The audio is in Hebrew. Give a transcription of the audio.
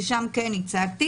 ששם כן ייצגתי,